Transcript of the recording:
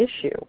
issue